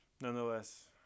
Nonetheless